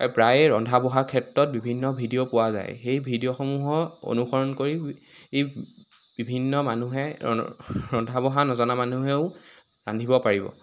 প্ৰায়ে ৰন্ধা বঢ়াৰ ক্ষেত্ৰত বিভিন্ন ভিডিঅ' পোৱা যায় সেই ভিডিঅ'সমূহক অনুসৰণ কৰি এই বিভিন্ন মানুহে ৰ ৰন্ধা বঢ়া নজনা মানুহেও ৰান্ধিব পাৰিব